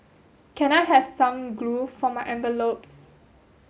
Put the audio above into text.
can I have some glue for my envelopes